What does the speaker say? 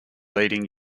leading